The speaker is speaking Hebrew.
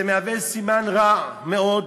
זה מהווה סימן רע מאוד